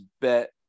bet